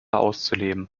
auszuleben